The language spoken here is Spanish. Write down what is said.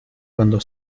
cuando